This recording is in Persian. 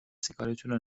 سیگارتونو